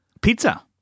pizza